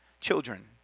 children